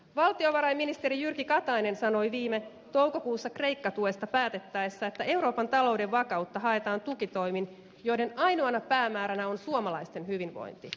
valtiovarainministeri jyrki katainen sanoi viime toukokuussa kreikka tuesta päätettäessä että euroopan talouden vakautta haetaan tukitoimin joiden ainoana päämääränä on suomalaisten hyvinvointi